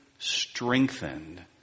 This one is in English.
strengthened